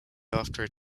after